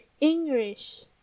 English